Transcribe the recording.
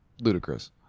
ludicrous